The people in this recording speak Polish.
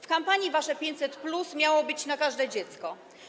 W kampanii wasze 500+ miało być na każde dziecko.